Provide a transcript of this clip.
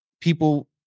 People